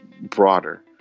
broader